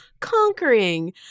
Conquering